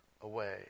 away